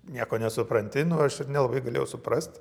nieko nesupranti nu aš ir nelabai galėjau suprast